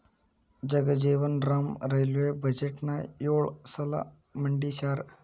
Jagjivan Ram railway ಬಜೆಟ್ನ ಯೊಳ ಸಲ ಮಂಡಿಸ್ಯಾರ